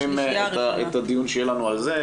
אנחנו מקדימים את הדיון שיהיה לנו על זה.